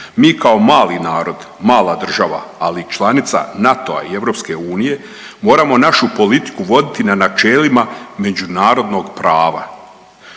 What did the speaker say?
Mi kao mali narod, mala država ali i članica NATO i EU moramo našu politiku voditi na načelima međunarodnog prava.